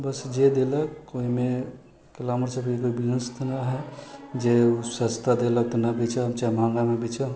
बस जे देलक ओइमे जे जे सस्ता देलक तऽ नहि बेचब चाहे महङ्गामे बेचब